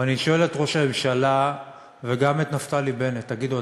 אבל אני שואל את ראש הממשלה וגם את נפתלי בנט: תגידו,